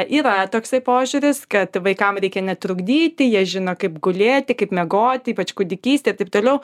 yra toksai požiūris kad vaikam reikia netrukdyti jie žino kaip gulėti kaip miegoti ypač kūdikystėje taip toliau